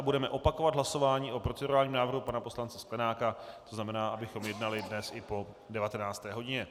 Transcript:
Budeme opakovat hlasování o procedurálním návrhu pana poslance Sklenáka, tzn. abychom jednali dnes i po 19. hodině.